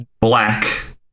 black